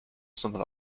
sondern